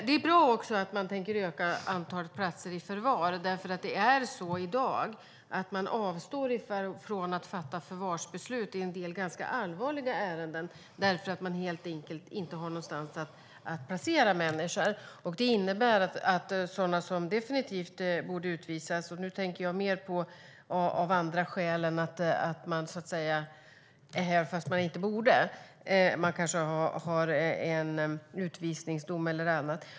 Det är bra också att antalet platser i förvar ökas, för i dag avstår man från att fatta förvarsbeslut i en del ganska allvarliga ärenden därför att man helt enkelt inte har någonstans att placera människor. Det innebär att det inte finns plats för sådana som definitivt borde utvisas - nu tänker jag mer på av andra skäl än att människor är här fast de inte borde. De kanske har en utvisningsdom eller annat.